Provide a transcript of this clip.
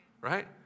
right